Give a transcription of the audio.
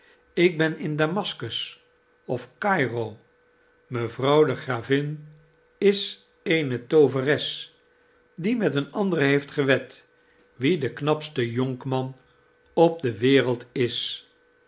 ik ben in damascus of cairo mevrouw de gravin is eene tooveres die met eene andere heeft gewed wie de knapste jonkman op de wereld is